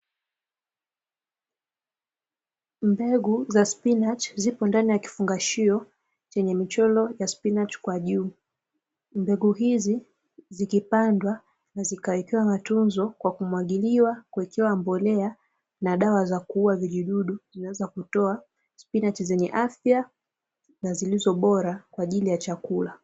Mbegu za spinachi zipo ndani ya kifungashio, chenye michoro ya spinachi kwa juu. Mbegu hizi zikipandwa na zikawekewa matunzo kwa kumwagiliwa, kuwekewa mbolea, na dawa za kuua vijidudu, zinaweza kutoa spinachi zenye afya, na zilizo bora kwa ajili ya chakula.